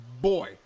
boy